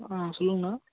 ஆ சொல்லுங்க அண்ணா